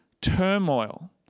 turmoil